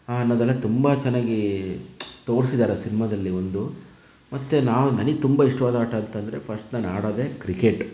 ಅನ್ನೋದೆಲ್ಲ ತುಂಬ ಚೆನ್ನಾಗಿ ತೋರ್ಸಿದಾರೆ ಆ ಸಿನಿಮಾದಲ್ಲಿ ಒಂದು ಮತ್ತು ನಾವು ನನಗೆ ತುಂಬ ಇಷ್ಟವಾದ ಆಟ ಅಂತಂದರೆ ಫಸ್ಟ್ ನಾನು ಆಡೋದೆ ಕ್ರಿಕೆಟ್